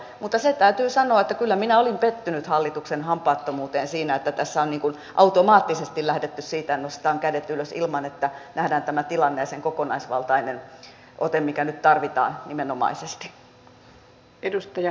mutta se täytyy sanoa että kyllä minä olin pettynyt hallituksen hampaattomuuteen siinä että tässä on automaattisesti lähdetty siitä että nostetaan kädet ylös ilman että nähdään tämä tilanne ja se kokonaisvaltainen ote mikä nyt tarvitaan nimenomaisesti